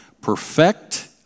perfect